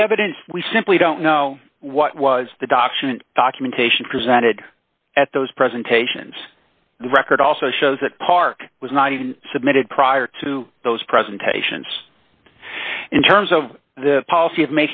the evidence we simply don't know what was the document documentation presented at those presentations the record also shows that park was not even submitted prior to those presentations in terms of the policy of